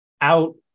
out